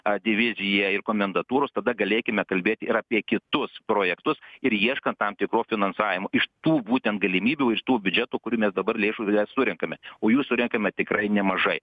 ar diviziją ir komendantūros tada galėkime kalbėti ir apie kitus projektus ir ieškant tam tikrų finansavimų iš tų būtent galimybių iš tų biudžeto kurių mes dabar lėšų nesurenkame o jų surenkame tikrai nemažai